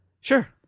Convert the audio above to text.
sure